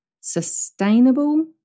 sustainable